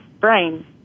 brain